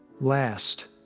Last